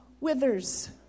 withers